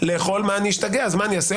אם אני אוכל אני אשתגע מה אעשה?